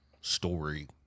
story